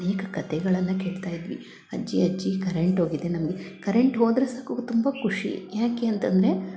ಅನೇಕ ಕತೆಗಳನ್ನು ಕೇಳ್ತ ಇದ್ವಿ ಅಜ್ಜಿ ಅಜ್ಜಿ ಕರೆಂಟ್ ಹೋಗಿದೆ ನಮಗೆ ಕರೆಂಟ್ ಹೋದರೆ ಸಾಕು ತುಂಬ ಖುಷಿ ಯಾಕೆ ಅಂತಂದರೆ